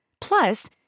Plus